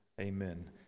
Amen